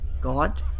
god